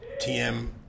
TM